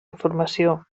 informació